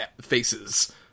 faces